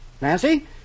Nancy